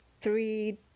three